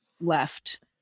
left